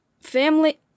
family